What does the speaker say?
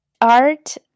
Art